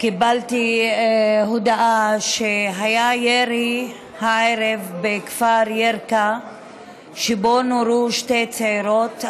קיבלתי הודעה שהערב היה ירי בכפר ירכא שבו נורו שתי צעירות,